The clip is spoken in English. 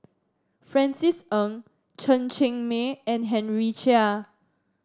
Francis Ng Chen Cheng Mei and Henry Chia